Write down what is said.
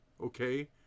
Okay